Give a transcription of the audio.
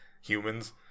humans